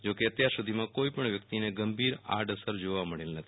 જો કે અત્યાર સુ ધીમાં કોઈપણ વ્યક્તિને ગંભીર આડઅસર જોવા મળેલ નથી